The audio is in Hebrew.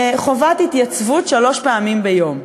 חובת התייצבות שלוש פעמים ביום.